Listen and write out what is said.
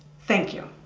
thank you.